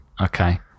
Okay